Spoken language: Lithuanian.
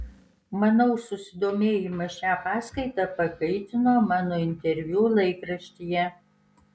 manau susidomėjimą šia paskaita pakaitino mano interviu laikraštyje